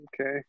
okay